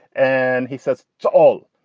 and he says to all.